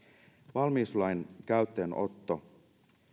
valmiuslain käyttöönotto